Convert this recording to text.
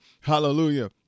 Hallelujah